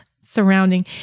surrounding